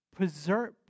Preserve